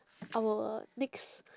our next